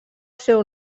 seu